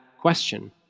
question